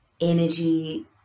energy